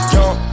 Young